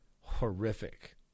horrific